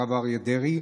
הרב אריה דרעי,